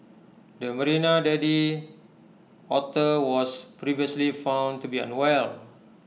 the marina daddy otter was previously found to be unwell